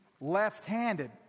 left-handed